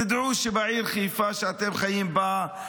תדעו שבעיר חיפה שאתם חיים בה,